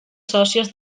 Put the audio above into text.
sòcies